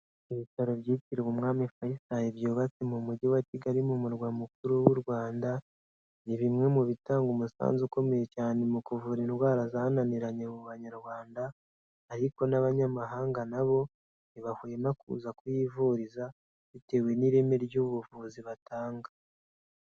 Ibitaro byitiriwe Umwami Faisal byubatse mu Mujyi wa Kigali mu murwa mukuru w'u Rwanda, ni bimwe mu bitanga umusanzu ukomeye cyane mu kuvura indwara zananiranye mu Banyarwanda ariko n'abanyamahanga na bo ntibahwema kuza kuhivuriza bitewe n'ireme ry'ubuvuzi batanga.